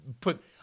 put